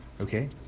okay